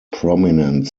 prominent